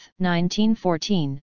1914